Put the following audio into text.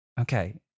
Okay